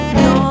no